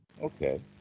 Okay